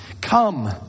Come